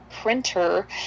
printer